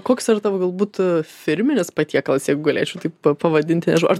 koks yra tavo galbūt firminis patiekalas jeigu galėčiau taip pavadinti nežinau ar